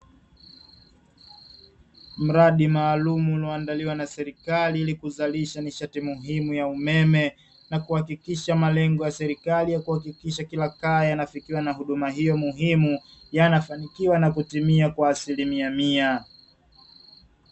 Mradi maalumu unaoandaliwa na serikali ili, kuzalisha nishati muhimu ya umeme na kuhakikisha malengo ya serikali ya, kuhakikisha kila kaya inafikiwa na huduma hiyo muhimu yanafanikiwa na kutimia kwa asilimia mia.